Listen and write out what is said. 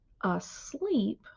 asleep